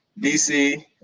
DC